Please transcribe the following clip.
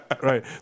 Right